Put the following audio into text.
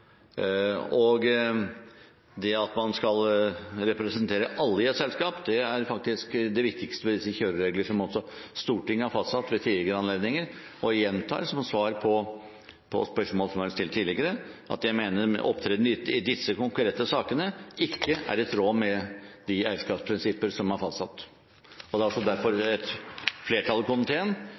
selskaper. Det at man skal representere alle i et selskap, er faktisk det viktigste ved kjørereglene som Stortinget har fastsatt ved tidligere anledninger. Og jeg gjentar som svar på spørsmål som har vært stilt tidligere, at jeg mener at opptredenen i disse konkrete sakene ikke er i tråd med de eierskapsprinsipper som er fastsatt. Det er altså derfor et flertall i komiteen,